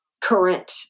current